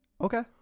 Okay